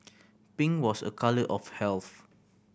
pink was a colour of health